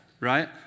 right